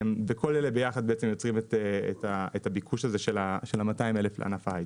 וכל אלה ביחד יוצרים את הביקוש הזה של ה-200 אלף לענף ההיי-טק.